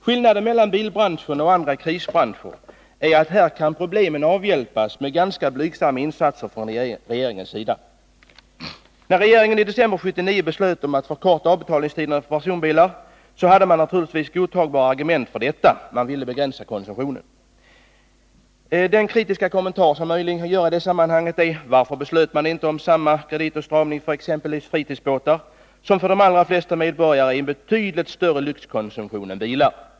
Skillnaden mellan bilbranschen och andra krisbranscher är att här kan problemen avhjälpas med ganska blygsamma insatser från regeringens sida. När regeringen i december 1979 beslöt att förkorta tiden för avbetalning när det gäller personbilar, hade de naturligtvis godtagbara argument för detta — den ville begränsa konsumtionen. Den kritiska fråga som man möjligen skulle kunna ställa i det här sammanhanget är denna: Varför beslöt man inte om samma kreditåtstramning beträffande exempelvis fritidsbåtar, som för de allra flesta medborgare framstår som en betydligt större lyx än bilar?